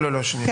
לא, שנייה,